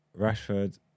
Rashford